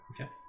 Okay